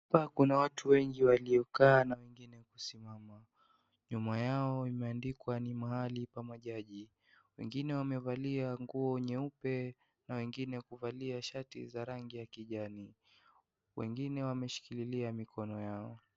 Kuna watu wengi waliokaa na wengine kusimama. Nyuma yao imeandikwa ni mahali pa majaji. Wengine wamevalia nguo nyeupe na wengine kuvalia shati za rangi ya kijani. Wengine wameshikililia mikono yao.